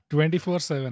24-7